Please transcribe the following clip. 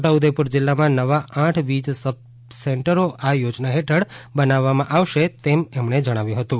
છોટાઉદેપુર જિલ્લામાં નવા આઠ વીજ સબ સેન્ટરો આ યોજના હેઠળ બનાવવામાં આવશે એમ જણાવ્યું હતું